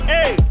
Hey